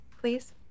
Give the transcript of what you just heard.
please